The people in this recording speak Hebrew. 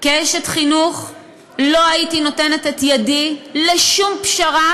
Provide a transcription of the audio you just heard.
כאשת חינוך לא הייתי נותנת את ידי לשום פשרה